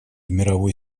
мировой